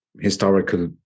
historical